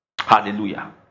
Hallelujah